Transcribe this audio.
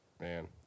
Man